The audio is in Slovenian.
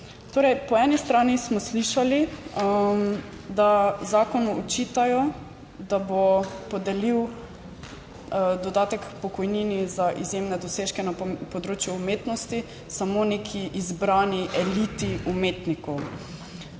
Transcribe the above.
Torej, po eni strani smo slišali, da zakonu očitajo, da bo podelil dodatek k pokojnini za izjemne dosežke na področju umetnosti samo neki izbrani eliti umetnikov.